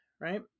right